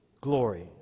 glory